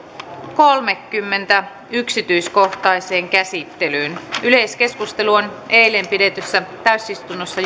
kolmeenkymmeneen yksityiskohtaiseen käsittelyyn yleiskeskustelu päättyi seitsemästoista kahdettatoista kaksituhattaviisitoista pidetyssä täysistunnossa